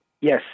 Yes